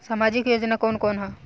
सामाजिक योजना कवन कवन ह?